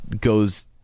goes